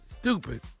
Stupid